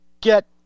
Get